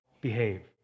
behave